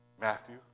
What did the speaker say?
Matthew